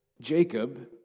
Jacob